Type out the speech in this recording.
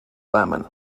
lemon